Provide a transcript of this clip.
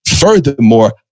furthermore